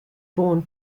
born